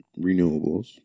renewables